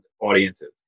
audiences